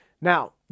Now